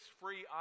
free